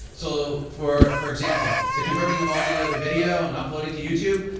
so for for example, the converting of audio to video and uploading to youtube,